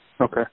Okay